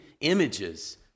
images